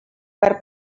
per